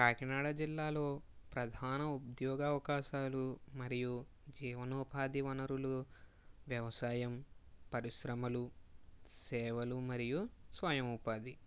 కాకినాడ జిల్లాలో ప్రధాన ఉద్యోగ అవకాశాలు మరియు జీవనోపాధి వనరులు వ్యవసాయం పరిశ్రమలు సేవలు మరియు స్వయం ఉపాధి